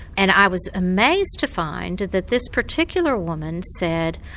and i was amazed to find that this particular woman said,